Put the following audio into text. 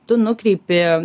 tu nukreipi